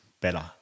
better